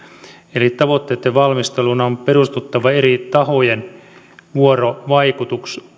eli tavoitteitten valmistelun on perustuttava eri tahojen vuorovaikutukseen